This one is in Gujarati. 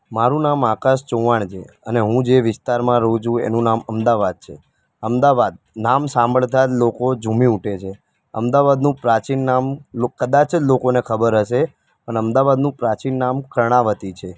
મારું નામ આકાશ ચુવાણ છે અને હું જે વિસ્તારમાં રહું છું એનું નામ અમદાવાદ છે અમદાવાદ નામ સંભાળતા જ લોકો ઝુમી ઉઠે છે અમદાવાદનું પ્રાચીન નામ લોક કદાચ જ લોકોને ખબર હશે અને અમદાવાદનું પ્રાચીન નામ કર્ણાવતી છે